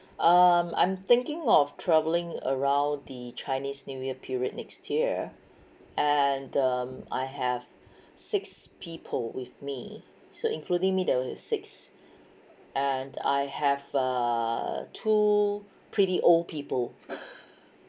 um I'm thinking of travelling around the chinese new year period next year and the mm I have six people with me so including me there were six and I have err two pretty old people